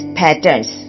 patterns